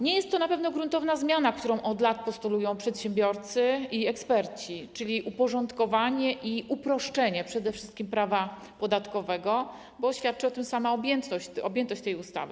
Nie jest to na pewno gruntowna zmiana, którą od lat postulują przedsiębiorcy i eksperci, czyli uporządkowanie i uproszczenie przede wszystkim prawa podatkowego, bo świadczy o tym sama objętość tej ustawy.